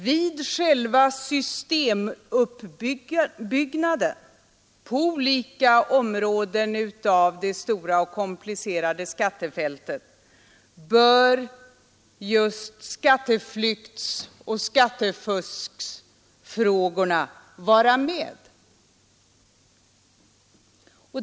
Vid själva systemuppbyggnaden på olika områden av det stora och komplicerade skattefältet bör just skatteflyktsoch skattefuskfrågorna vara med.